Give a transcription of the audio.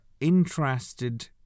interested